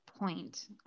point